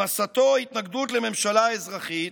במסתו "התנגדות לממשלה אזרחית",